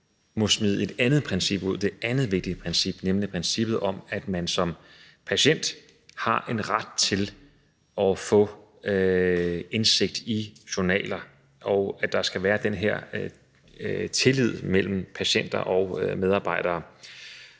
må smide et andet princip ud her, det andet vigtige princip, nemlig princippet om, at man som patient har ret til at få indsigt i journaler, og at der skal være den her tillid mellem patienter og medarbejdere.